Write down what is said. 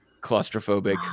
claustrophobic